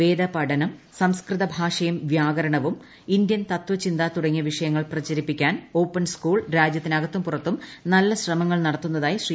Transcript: വേദപഠനം സംസ്കൃത ഭാഷയും വ്യാകരണവും ഇന്ത്യൻ തതചിന്ത തുടങ്ങിയ വിഷയങ്ങൾ പ്രചരിപ്പിക്കാൻ ഓപ്പൺ സ്കൂൾ രാജൃത്തിനകത്തും പുറത്തും നല്ല ശ്രമങ്ങൾ നടത്തുന്നതായി ശ്രീ